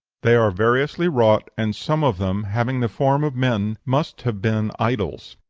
they are variously wrought, and some of them, having the form of men, must have been idols.